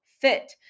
fit